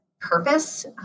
purpose